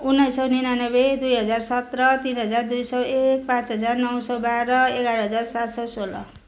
उन्नाइस सय निनानब्बे दुई हजार सत्र तिन हजार दुई सौ एक पाँच हजार नौ सौ बाह्र एघार हजार सात सौ सोह्र